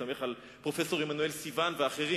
ומסתמך על פרופסור עמנואל סיוון ואחרים.